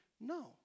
no